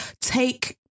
Take